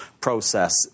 process